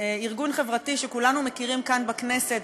ארגון חברתי שכולנו מכירים כאן בכנסת,